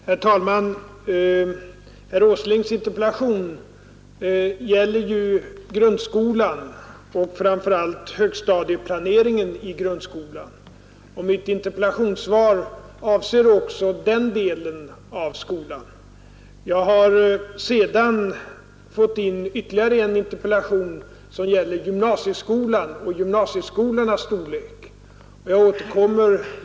Herr talman! Herr Åslings interpellation gäller ju grundskolan och framför allt högstadieplaneringen i grundskolan. Mitt interpellationssvar avser också den delen av skolan. Jag har sedan fått in ytterligare en interpellation, som gäller gymnasieskolornas storlek.